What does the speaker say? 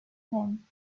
man